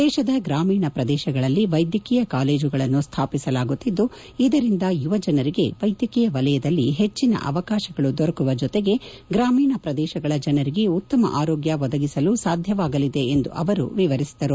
ದೇಶದ ಗ್ರಾಮೀಣ ಪ್ರದೇಶಗಳಲ್ಲಿ ವೈದ್ಯಕೀಯ ಕಾಲೇಜುಗಳನ್ನು ಸ್ವಾಪಿಸಲಾಗುತ್ತಿದ್ದು ಇದರಿಂದ ಯುವಜನರಿಗೆ ವ್ಲೆದ್ಗಕೀಯ ವಲಯದಲ್ಲಿ ಹೆಚ್ಚಿನ ಅವಕಾಶಗಳು ದೊರಕುವ ಜೊತೆಗೆ ಗ್ರಾಮೀಣ ಪ್ರದೇಶಗಳ ಜನರಿಗೆ ಉತ್ತಮ ಆರೋಗ್ಗ ಒದಗಿಸಲು ಸಾಧ್ಯವಾಗಲಿದೆ ಎಂದು ಅವರು ವಿವರಿಸಿದರು